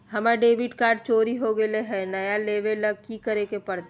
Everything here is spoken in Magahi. हमर डेबिट कार्ड चोरी हो गेले हई, नया लेवे ल की करे पड़तई?